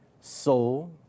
soul